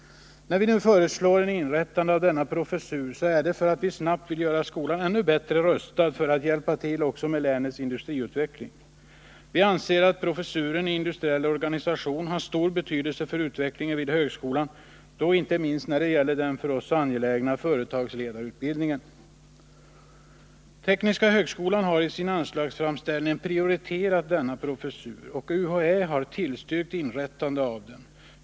När vi nu föreslår ett inrättande av denna professur är det för att vi snabbt vill göra skolan ännu bättre rustad att hjälpa till också med länets industriutveckling. Vi anser att professuren i industriell organisation har stor betydelse för utbildningen vid högskolan, då inte minst när det gäller den för oss så angelägna företagsledarutbildningen. Tekniska högskolan har i sin anslagsframställning prioriterat denna professur, och UHÄ har tillstyrkt inrättandet av den.